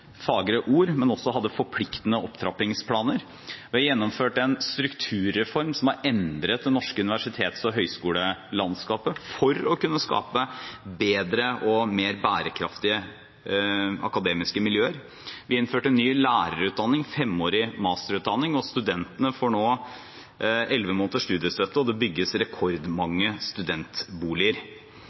fagre ord, men som også hadde forpliktende opptrappingsplaner, vi har gjennomført en strukturreform som har endret det norske universitets- og høyskolelandskapet, for å kunne skape bedre og mer bærekraftige akademiske miljøer, vi har innført en ny lærerutdanning, en femårig masterutdanning, studentene får nå elleve måneders studiestøtte, og det bygges rekordmange studentboliger.